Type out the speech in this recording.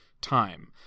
time